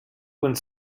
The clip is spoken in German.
und